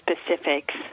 specifics